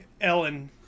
ellen